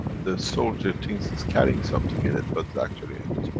the soldier thinks he's carrying something in it but it's actually empty.